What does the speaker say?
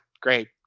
great